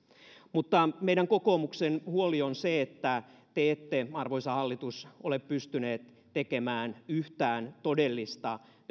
mutta meidän kokoomuksen huoli on se että te ette arvoisa hallitus ole pystyneet tekemään yhtään todellista